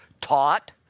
taught